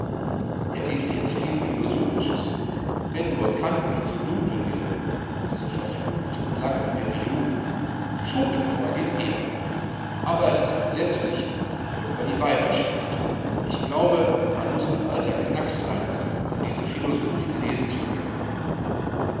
er liest jetzt viel philosophisches wenn nur kant nicht so dunkel wäre diese verfluchten langen perioden schopenhauer geht eher aber es ist entsetzlich wie er über die weiber schimpft ich glaube man muß ein alter knacks sein um diese philosophen lesen zu können